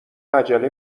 عجله